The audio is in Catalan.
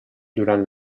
durant